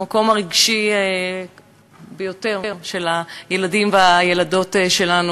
המקום הרגשי ביותר של הילדים והילדות שלנו.